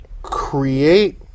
create